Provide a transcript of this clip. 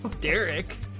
Derek